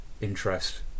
interest